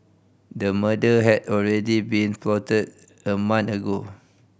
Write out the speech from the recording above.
a murder had already been plotted a month ago